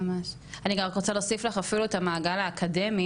אני רק רוצה להוסיף לך אפילו את המעגל האקדמי